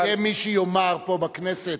הואיל ויהיה מי שיאמר פה בכנסת: